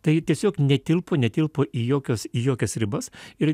tai tiesiog netilpo netilpo į jokias jokias ribas ir